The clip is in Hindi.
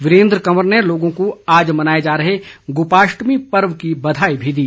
वीरेन्द्र कंवर ने लोगों को आज मनाए जा रहे गोपाष्टमी पर्व की बधाई भी दी